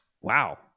Wow